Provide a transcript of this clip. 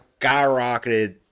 Skyrocketed